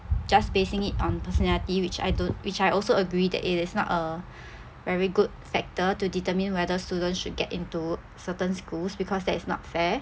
just basing it on personality which I don't which I also agree that it is not a very good factor to determine whether students should get into certain schools because that is not fair